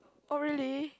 oh really